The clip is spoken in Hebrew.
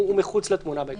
הוא מחוץ לתמונה בהקשר הזה.